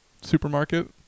supermarket